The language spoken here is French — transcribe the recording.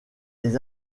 les